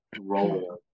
role